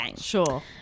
Sure